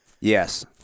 Yes